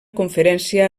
conferència